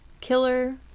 killer